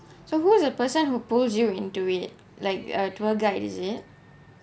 so who is the person who pulls you into it like a tour guide is it